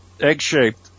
egg-shaped